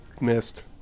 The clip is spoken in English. Missed